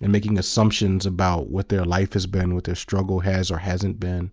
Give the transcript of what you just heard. and making assumptions about what their life has been, what their struggle has or hasn't been,